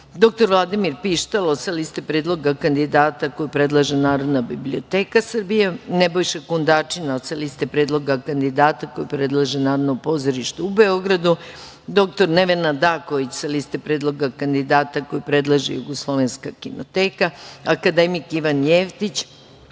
dr Vladimir Pištalo sa liste predloga kandidata koji predlaže Narodna biblioteka Srbije, Nebojša Kundačina sa liste predloga kandidata koju predlaže Narodno pozorište u Beogradu, dr Nevena Daković sa liste predloga kandidata koju predlaže Jugoslovenska kinoteka, akademik Ivan Jeftić